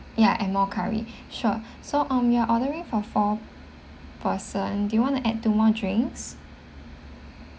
ya and more curry sure so um you're ordering for four person do you want to add two more drinks